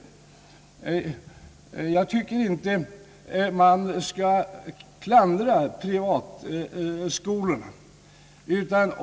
Jag tycker inte man skall klandra privatskolorna.